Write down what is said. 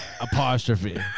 Apostrophe